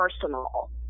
personal